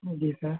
जी sir